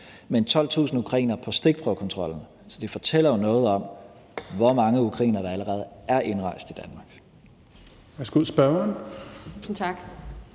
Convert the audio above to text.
er 12.000 ukrainere baseret på stikprøvekontrollen, så det fortæller jo noget om, hvor mange ukrainere der allerede er indrejst til Danmark.